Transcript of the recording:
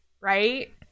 right